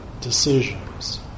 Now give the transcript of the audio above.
decisions